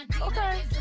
Okay